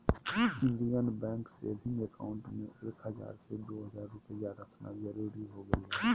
Indian bank saving account में एक हजार से दो हजार रुपया रखना जरूरी हो गेलय